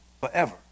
forever